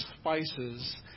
spices